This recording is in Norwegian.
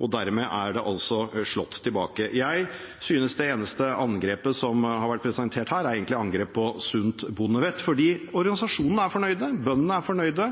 og dermed er angrepet slått tilbake. Jeg synes det eneste angrepet som er blitt presentert her, er angrepet på sunt bondevett, for: Organisasjonene er fornøyde, og bøndene er fornøyde.